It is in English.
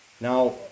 now